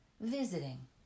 visiting